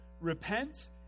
repent